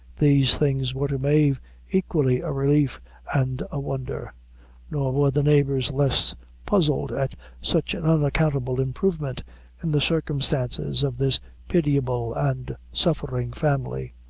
these things were to mave equally a relief and a wonder nor were the neighbors less puzzled at such an unaccountable improvement in the circumstances of this pitiable and suffering family.